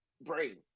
brain